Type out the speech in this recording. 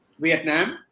Vietnam